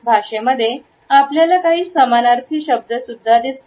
भाषेमध्ये आपल्याला काही समानार्थी शब्द दिसतात